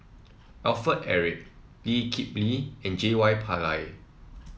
Alfred Eric Lee Kip Lee and J Y Pillay